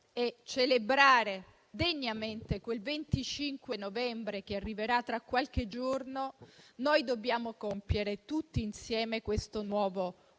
e celebrare degnamente quel 25 novembre che arriverà tra qualche giorno, noi dobbiamo compiere, tutti insieme, il nuovo passaggio